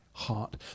heart